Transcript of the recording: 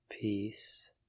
Peace